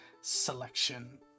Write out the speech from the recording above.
selection